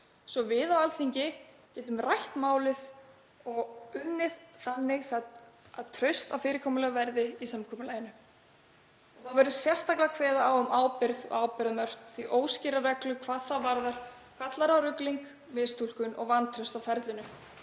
svo við á Alþingi getum rætt málið og unnið þannig að traust á fyrirkomulag verði í samkomulaginu. Þá verður sérstaklega kveðið á um ábyrgð og ábyrgðarmörk, því að óskýrar reglur hvað það varðar kalla á rugling, mistúlkun og vantraust á ferlinu.